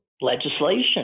legislation